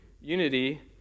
unity